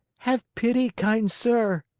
have pity, kind sir!